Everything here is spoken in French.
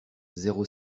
zéro